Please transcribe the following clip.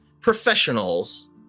professionals